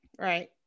Right